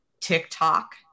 TikTok